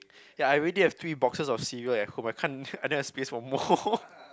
ya I already have three boxes of cereal at home I can't I don't have space for more